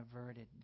averted